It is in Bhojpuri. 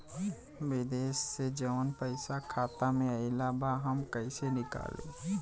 विदेश से जवन पैसा खाता में आईल बा हम कईसे निकाली?